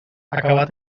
acabat